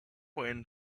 when